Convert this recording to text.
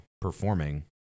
performing